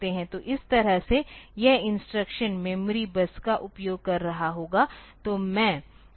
तो इस तरह से यह इंस्ट्रक्श मेमोरी बस का उपयोग कर रहा होगा